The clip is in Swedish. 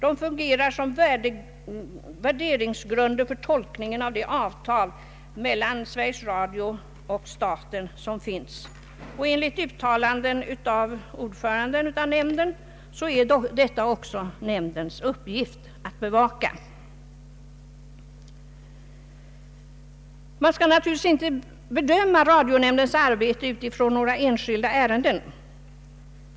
Dessa fungerar som värderingsgrunder för tolkningen av existerande avtal mellan Sveriges Radio och staten. Enligt uttalande av nämndens ordförande är det också nämndens uppgift att bevaka dessa frågor, ingenting annat. Man skall naturligtvis inte bedöma radionämndens arbete utifrån några enskilda ärenden.